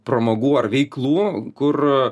pramogų ar veiklų kur